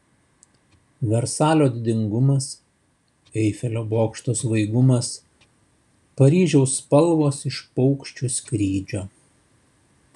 versalio didingumas eifelio bokšto svaigumas paryžiaus spalvos iš paukščių skrydžio